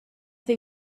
they